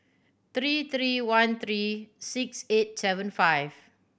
three three one three six eight seven five